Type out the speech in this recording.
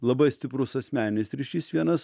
labai stiprus asmeninis ryšys vienas